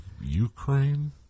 Ukraine